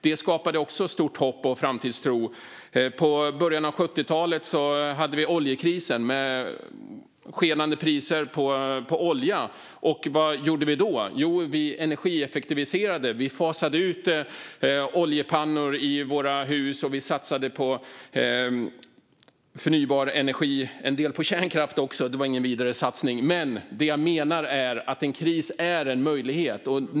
Det skapade också stort hopp och framtidstro. I början av 70-talet var det oljekris med skenande priser på olja. Vad gjorde vi då? Jo, vi energieffektiviserade, fasade ut oljepannor i våra hus och satsade på förnybar energi och en del på kärnkraft - det var visserligen inte någon vidare satsning. Det jag menar är att en kris är en möjlighet.